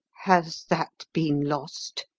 has that been lost?